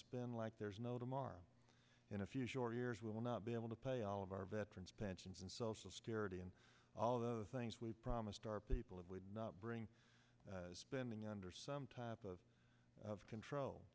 spend like there's no tomorrow in a few short years we will not be able to pay all of our veterans pensions and social security and all the things we promised our people it would not bring spending under some type of control